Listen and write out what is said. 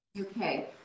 Okay